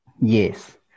Yes